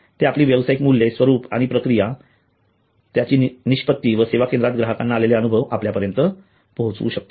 ते आपली व्यावसायिक मूल्ये स्वरूप आणि प्रक्रिया त्याची निष्पत्ती व सेवाकेंद्रात ग्राहकांना आलेले अनुभव आपल्यापर्यंत पोहचवू शकतील